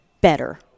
better